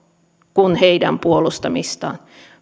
kuin heidän puolustamistaan